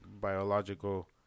biological